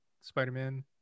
Spider-Man